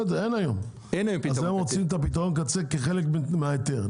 הם רוצים את פתרון הקצה כחלק מההיתר?